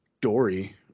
Dory